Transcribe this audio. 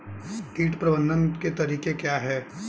कीट प्रबंधन के तरीके क्या हैं?